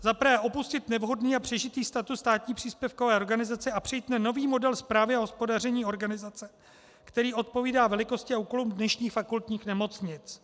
Za prvé opustit nevhodný a přežitý status státní příspěvkové organizace a přejít na nový model správy a hospodaření organizace, který odpovídá velikosti a úkolům dnešních fakultních nemocnic.